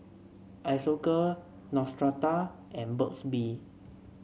Isocal Neostrata and Burt's Bee